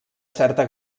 certa